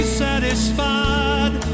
satisfied